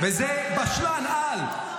וזה בשלן-על.